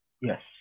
Yes